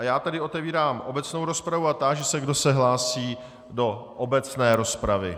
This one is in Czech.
Já tedy otevírám obecnou rozpravu a táži se, kdo se hlásí do obecné rozpravy.